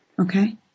Okay